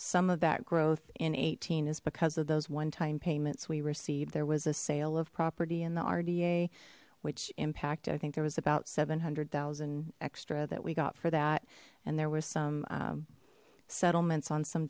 some of that growth in eighteen is because of those one time payments we received there was a sale of property in the rda which impact i think there was about seven hundred thousand extra that we got for that and there was some settlements on some